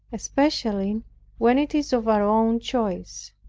especially when it is of our own choice